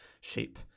shape